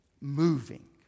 moving